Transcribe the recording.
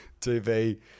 tv